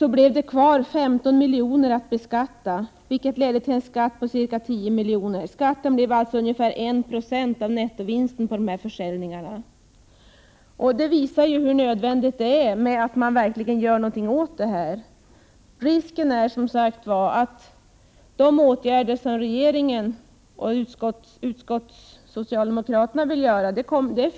blev det kvar 15 milj.kr. att beskatta, vilket ledde till en skatt på ca 10 milj.kr. Skatten blev alltså ungefär 1 96 av nettovinsten av dessa försäljningar. Det visar hur nödvändigt det är att man verkligen gör någonting åt detta. Risken är att de åtgärder som regeringen och den socialdemokratiska utskottsmajoriteten vill vidta inte räcker till.